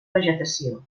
vegetació